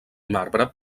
marbre